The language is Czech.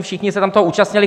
Všichni se tam toho účastnili.